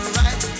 right